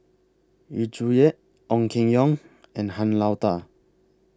Yu Zhuye Ong Keng Yong and Han Lao DA